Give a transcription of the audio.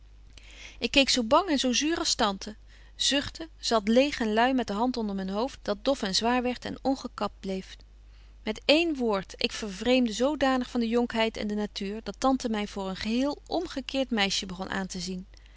ik keek zo bang en zo zuur als tante zuchte zat leeg en lui met de hand onder myn hoofd dat dof en zwaar werdt en ongekapt bleef met één woord ik vervreemde zodanig van de jonkheid en de natuur dat tante my voor een geheel omgekeert meisje begon aan te zien